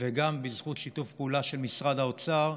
וגם בזכות שיתוף פעולה של משרד האוצר,